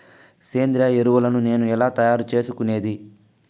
సేంద్రియ ఎరువులని నేను ఎలా తయారు చేసుకునేది?